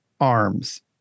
arms